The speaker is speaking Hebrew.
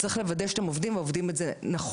צריך לוודא שאתם עובדים ועובדים נכון.